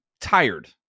tired